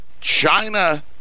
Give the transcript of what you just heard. China